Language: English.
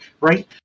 right